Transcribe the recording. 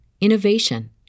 innovation